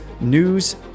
news